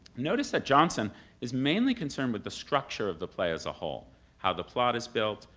notice that johnson is mainly concerned with the structure of the play as a whole how the plot is built,